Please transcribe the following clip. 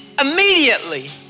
immediately